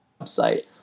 website